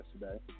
yesterday